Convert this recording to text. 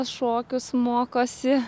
šokius mokosi